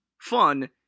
fun